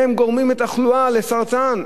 שהם גורמים לתחלואה, לסרטן.